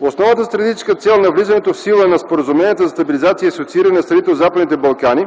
Основната стратегическа цел на влизането в сила на споразуменията за стабилизация и асоцииране на страните от Западните Балкани,